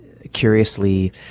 curiously